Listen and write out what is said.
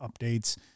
updates